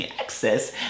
access